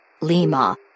Lima